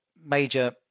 major